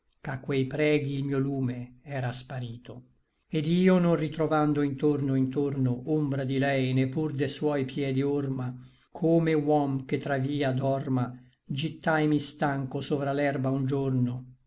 ch'a quei preghi il mio lume era sparito ed io non ritrovando intorno intorno ombra di lei né pur de suoi piedi orma come huom che tra via dorma gittaimi stancho sovra l'erba un giorno